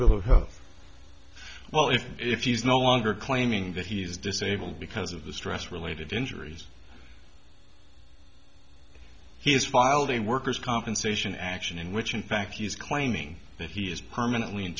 bill of health well if if he's no longer claiming that he's disabled because of the stress related injuries he's filed a worker's compensation action in which in fact he's claiming that he is permanently